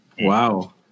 Wow